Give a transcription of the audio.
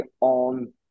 on